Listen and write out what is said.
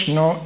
no